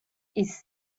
ist